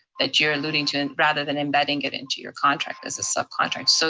that you're alluding to, and rather than embedding it into your contract as a subcontract, so